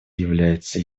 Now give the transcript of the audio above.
является